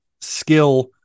skill